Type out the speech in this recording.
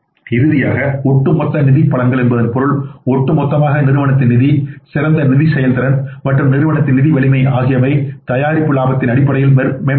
இறுதியாக ஒட்டுமொத்த நிதி பலங்கள் என்பதன் பொருள் ஒட்டுமொத்தமாக நிறுவனத்தின் நிதி சிறந்த நிதி செயல்திறன் மற்றும் நிறுவனத்தின் நிதி வலிமை ஆகியவை தயாரிப்பு லாபத்தின் அடிப்படையில் மேம்படுகின்றன